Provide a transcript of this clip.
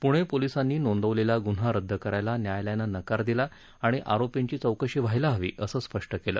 पुणे पोलिसांनी नोंदवलेला गुन्हा रद्द करायला न्यायालयानं नकार दिला आणि आरोपींची चौकशी व्हायला हवी असं स्पष्ट केलं